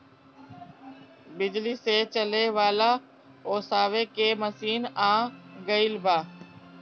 बिजली से चले वाला ओसावे के मशीन आ गइल बा